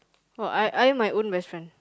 oh I I am my own best friend